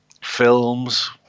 films